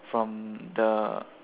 from the